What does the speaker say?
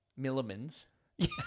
Milliman's